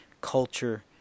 culture